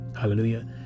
Hallelujah